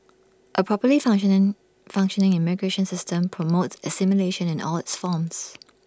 A properly functioning functioning immigration system promotes assimilation in the all its forms